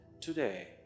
Today